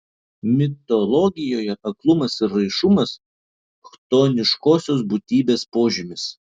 mitologijoje aklumas ir raišumas chtoniškosios būtybės požymis